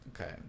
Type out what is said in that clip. Okay